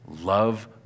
love